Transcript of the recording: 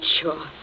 sure